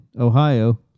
ohio